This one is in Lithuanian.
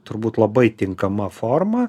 turbūt labai tinkama forma